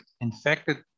infected